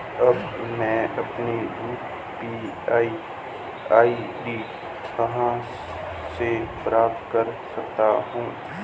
अब मैं अपनी यू.पी.आई आई.डी कहां से प्राप्त कर सकता हूं?